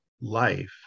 life